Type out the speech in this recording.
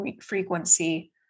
frequency